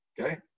Okay